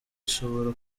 ishobora